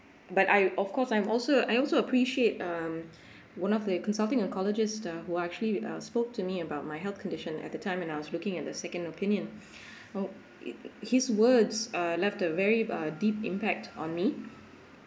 but I of course I'm also I also appreciate um one of the consulting oncologist uh who actually uh spoke to me about my health condition at that time when I was looking at the second opinion well his words uh left a very uh deep impact on me